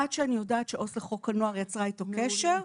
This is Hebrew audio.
עד שאני יודעת שעו"ס לחוק הנוער יצרה איתו קשר.